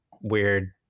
weird